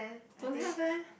don't have eh